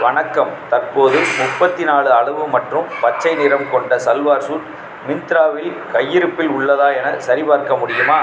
வணக்கம் தற்போது முப்பத்து நாலு அளவு மற்றும் பச்சை நிறம் கொண்ட சல்வார் சூட் மிந்த்ராவில் கை இருப்பில் உள்ளதா என சரிபார்க்க முடியுமா